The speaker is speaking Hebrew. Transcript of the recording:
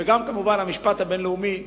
וגם המשפט הבין-לאומי קובע,